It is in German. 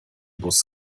bus